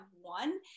one